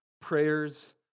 prayers